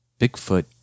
Bigfoot